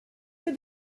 que